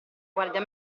guardia